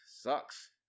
Sucks